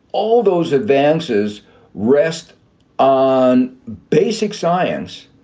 all those advances rest on basic science,